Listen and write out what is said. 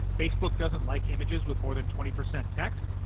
facebook doesn't like images with more than twenty percent text,